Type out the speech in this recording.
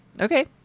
Okay